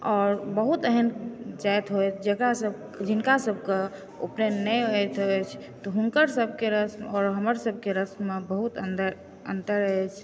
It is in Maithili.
आओर बहुत एहन जाति होइत जकरा सब जिनका सभकए उपनैन नहि होइत अछि तए हुनकर सभके रस्म आओर हमर सभके रस्ममे बहुत अन्तर अछि